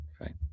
Right